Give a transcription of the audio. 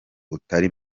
utari